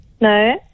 No